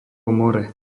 more